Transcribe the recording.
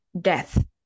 death